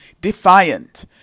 defiant